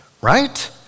right